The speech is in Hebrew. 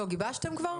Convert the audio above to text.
גיבשתם כבר?